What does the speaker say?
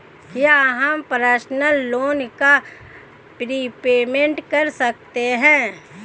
क्या हम personal loan का प्रीपेमेंट कर सकते हैं?